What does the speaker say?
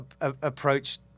approach